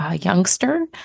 youngster